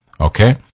Okay